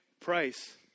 price